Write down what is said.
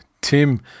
Tim